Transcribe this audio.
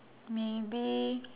maybe